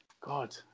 God